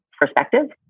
perspective